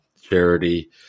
charity